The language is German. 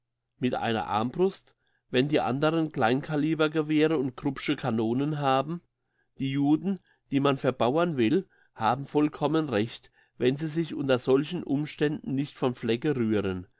mit einer armbrust wenn die anderen kleinkaliber gewehre und krupp'sche kanonen haben die juden die man verbauern will haben vollkommen recht wenn sie sich unter solchen umständen nicht vom flecke rühren